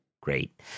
Great